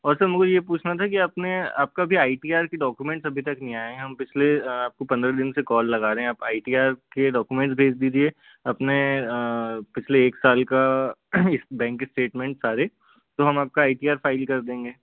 और सर मुझे ये पूछना था कि आपने आपका भी आई टी आर के डॉक्यूमेंट्स अभी तक नहीं आया हैं हम पिछले आपको पन्द्रह दिन से कॉल लगा रहे हैं आप आई टी आर के डॉक्यूमेंट भेज दीजिए अपने पिछले एक साल का इस बैंक स्टेटमेंट सारे तो हम आपका आई टी आर फाइल कर देंगे